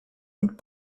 und